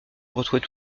retrouver